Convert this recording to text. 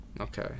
okay